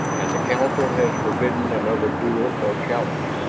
and the council has forbidden another duel or challenge,